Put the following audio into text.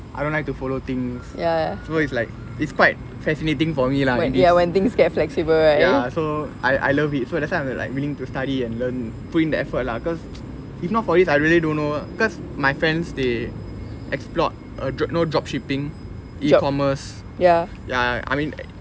I don't like to follow things so it's like it's quite fascinating for me lah in this ya so I I love it so that's why I'm like willing to study and learn put in the effort lah cause if not for this I really don't know cause my friends they explored uh drop you know drop shipping e-commerce ya I mean